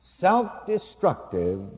Self-destructive